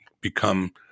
become